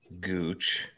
Gooch